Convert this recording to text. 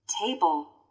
Table